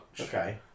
okay